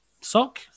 Sock